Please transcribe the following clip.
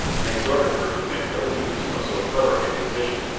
and exhorted her to make every use of so clever a physician,